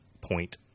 point